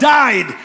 died